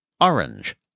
Orange